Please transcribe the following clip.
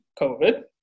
COVID